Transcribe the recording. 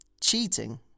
cheating